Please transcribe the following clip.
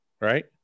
right